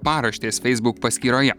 paraštės facebook paskyroje